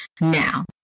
Now